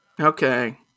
Okay